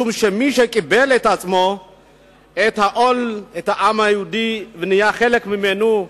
משום שמי שקיבל על עצמו את עול העם היהודי ונהיה חלק ממנו,